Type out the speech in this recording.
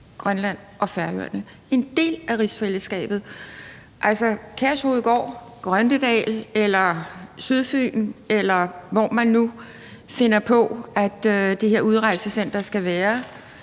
Grønland og Færøerne er en del af rigsfællesskabet. Altså, om det er Kærshovedgård, Grønnedal, Sydfyn, eller hvor man nu finder på at det her udrejsecenter skal være,